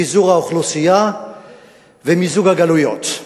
פיזור האוכלוסייה ומיזוג הגלויות.